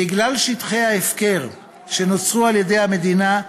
בגלל שטחי ההפקר שנוצרו על ידי המדינה,